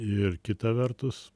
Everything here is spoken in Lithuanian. ir kita vertus